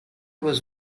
was